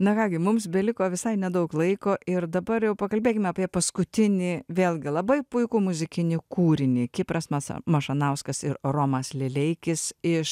na ką gi mums beliko visai nedaug laiko ir dabar jau pakalbėkime apie paskutinį vėlgi labai puikų muzikinį kūrinį kipras masa mašanauskas ir romas lileikis iš